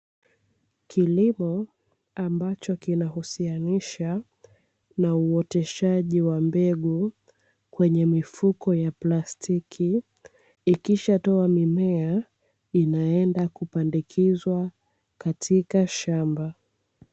Kilimo ambacho kinausihanisha na uoteshaji wa mbegu kwenye mifuko ya plastiki, ikishatoa mimea inaenda kupandikizwa katika shamba.